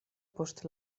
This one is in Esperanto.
post